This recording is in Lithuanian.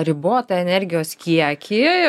ribotą energijos kiekį